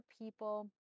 people